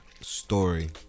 story